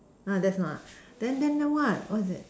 !huh! that's not ah then then then what what is it